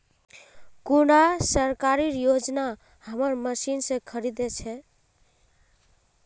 कुंडा सरकारी योजना हमार मशीन से खरीद छै?